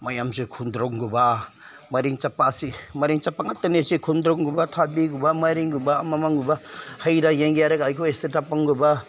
ꯃꯌꯥꯝꯁꯦ ꯈꯣꯡꯗ꯭ꯔꯨꯝꯒꯨꯝꯕ ꯃꯔꯤ ꯆꯠꯄ ꯑꯁꯤ ꯃꯔꯤ ꯆꯠꯄ ꯉꯥꯛꯇꯅꯦꯁꯦ ꯈꯣꯡꯗ꯭ꯔꯨꯝꯒꯨꯝꯕ ꯊꯕꯤꯒꯨꯝꯕ ꯃꯥꯏꯔꯦꯟꯒꯨꯝꯕ ꯑꯃꯃꯒꯨꯝꯕ ꯍꯩꯗ ꯌꯦꯡꯒꯦ ꯍꯥꯏꯔꯒ ꯑꯩꯈꯣꯏ ꯁꯤꯇꯥꯕꯣꯟꯒꯨꯝꯕ